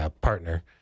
partner